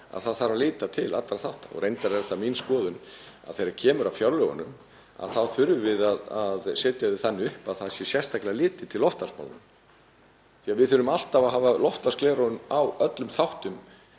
að líta þarf til allra þátta. Reyndar er það mín skoðun að þegar kemur að fjárlögunum þá þurfum við að setja þau þannig upp að það sé sérstaklega litið til loftslagsmála. Við þurfum alltaf að hafa loftslagsgleraugun á öllum þáttum